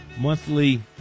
monthly